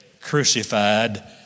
crucified